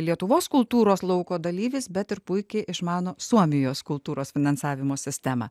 lietuvos kultūros lauko dalyvis bet ir puikiai išmano suomijos kultūros finansavimo sistemą